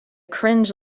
cringe